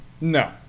No